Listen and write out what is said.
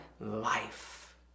life